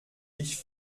ich